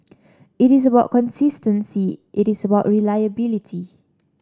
it is about consistency it is about reliability